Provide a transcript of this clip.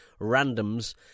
randoms